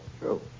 true